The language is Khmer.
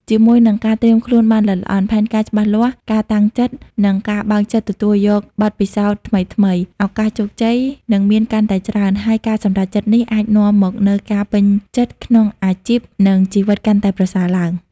ជាមួយនឹងការត្រៀមខ្លួនបានល្អិតល្អន់ ផែនការច្បាស់លាស់ ការតាំងចិត្ត និងការបើកចិត្តទទួលយកបទពិសោធន៍ថ្មីៗ ឱកាសជោគជ័យនឹងមានកាន់តែច្រើន ហើយការសម្រេចចិត្តនេះអាចនាំមកនូវការពេញចិត្តក្នុងអាជីព និងជីវិតកាន់តែប្រសើរឡើង។